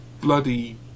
bloody